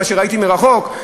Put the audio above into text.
מה שראיתי מרחוק,